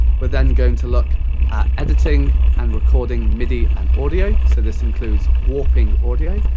we're then going to look at editing and recording midi and audio, so this includes warping audio.